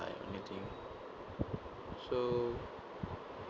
I only think so